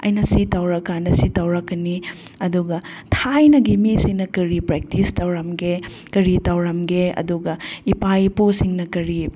ꯑꯩꯅ ꯁꯤ ꯇꯧꯔ ꯀꯥꯟꯗ ꯁꯤ ꯇꯧꯔꯛꯀꯅꯤ ꯑꯗꯨꯒ ꯊꯥꯏꯅꯒꯤ ꯃꯤ ꯁꯤꯅ ꯀꯔꯤ ꯄ꯭ꯔꯦꯛꯇꯤꯁ ꯇꯧꯔꯝꯒꯦ ꯀꯔꯤ ꯇꯧꯔꯝꯒꯦ ꯑꯗꯨꯒ ꯏꯄꯥ ꯏꯄꯨꯁꯤꯡꯅ ꯀꯔꯤ